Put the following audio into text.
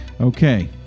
okay